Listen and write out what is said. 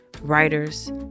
writers